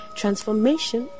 transformation